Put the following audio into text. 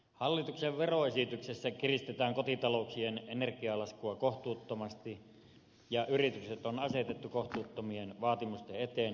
hallituksen veroesityksessä kiristetään kotitalouksien energialaskua kohtuuttomasti ja yritykset on asetettu kohtuuttomien vaatimusten eteen energiakustannusten hallinnassa